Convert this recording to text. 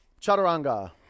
Chaturanga